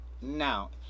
Now